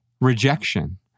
rejection